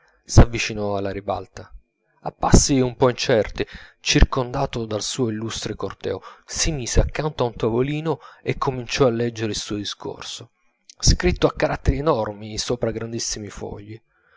gravità s'avvicinò alla ribalta a passi un po incerti circondato dal suo illustre corteo si mise accanto a un tavolino e cominciò a leggere il suo discorso scritto a caratteri enormi sopra grandissimi fogli